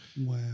Wow